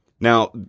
Now